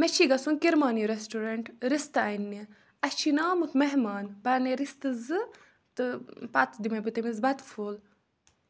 مےٚ چھِ گژھُن کِرمانی ریسٹورنٛٹ رِستہٕ اَننہِ اَسہِ چھی نا آمُت مہمان بہٕ اَنٕے رِستہٕ زٕ تہٕ پَتہٕ دِمے بہٕ تٔمِس بَتہٕ پھوٚل